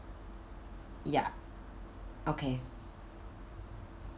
ya okay